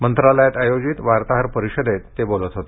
मंत्रालयात आयोजित वार्ताहर परिषदेत ते बोलत होते